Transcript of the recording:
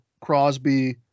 Crosby